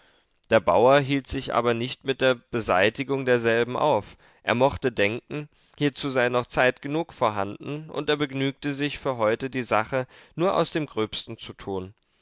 der bauer hielt sich aber nicht mit der beseitigung derselben auf er mochte denken hierzu sei noch zeit genug vorhanden und er begnügte sich für heute die sache nur aus dem gröbsten zu tun